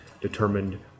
determined